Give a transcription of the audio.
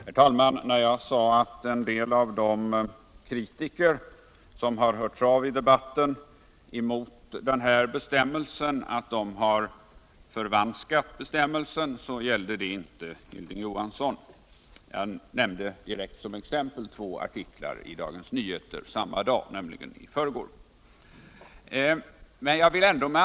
Herr talman! När jag sade att en del av de kritiker som hörts av i debatten om den här bestämmelsen har förvanskat bestämmelsen, så gällde det inte Hilding Johansson. Jag nämnde direkt som exempel två artiklar i Dagens Nyheter i förrgår. Men jag vill ändå framhålla.